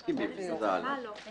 מה לא?